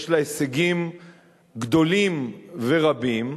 יש לה הישגים גדולים ורבים.